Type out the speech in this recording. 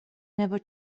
never